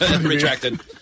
Retracted